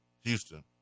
Houston